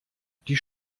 die